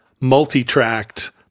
multi-tracked